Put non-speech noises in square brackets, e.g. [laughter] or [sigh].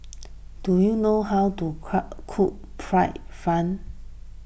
do you know how to [unintelligible] cook Fried Fan